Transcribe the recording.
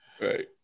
Right